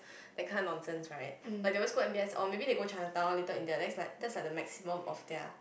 that kind of nonsense right like they always go M_B_S or maybe they go Chinatown Little-India then is like that's like the maximum of their